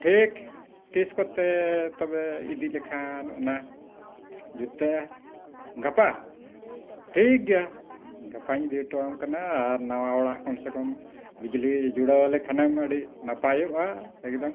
ᱴᱷᱤᱠ ᱛᱤᱥ ᱠᱚᱛᱮ ᱛᱚᱵᱮ ᱤᱫᱤ ᱞᱮᱠᱷᱟᱱ ᱚᱱᱟ ᱡᱩᱛᱩᱜᱼᱟ ᱜᱟᱯᱟ ᱴᱷᱤᱠ ᱜᱮᱭᱟ ᱜᱟᱯᱟᱧ ᱤᱫᱤ ᱦᱚᱴᱚᱣᱟᱢ ᱠᱟᱱᱟ ᱟᱨ ᱱᱟᱣᱟ ᱚᱲᱟᱜ ᱠᱚᱢ ᱥᱮ ᱠᱚᱢ ᱵᱤᱡᱽᱞᱤ ᱡᱩᱲᱟᱣ ᱟᱞᱮ ᱠᱷᱟᱱᱮᱢ ᱟᱹᱰᱤ ᱱᱟᱯᱟᱭᱚᱜᱼᱟ ᱮᱠᱫᱚᱢ